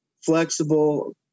flexible